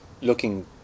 looking